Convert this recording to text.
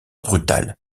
brutal